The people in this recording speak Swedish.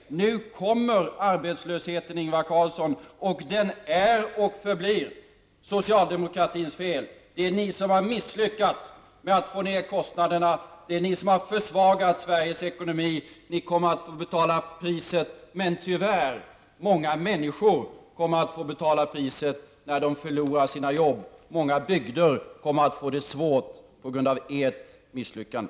Nu kommer arbetslösheten, Ingvar Carlsson, och den är och förblir socialdemokratins fel. Det är ni som har misslyckats med att få ner kostnaderna. Det är ni som har försvagat ekonomin. Ni kommer att få betala priset, men tyvärr kommer många människor att få betala priset när de förlorar sina jobb. Många bygder kommer att få det svårt på grund av ert misslyckande.